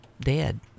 dead